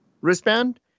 wristband